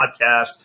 podcast